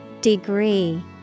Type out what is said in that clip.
degree